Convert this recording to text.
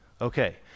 Okay